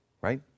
right